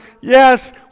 Yes